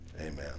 amen